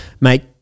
Mate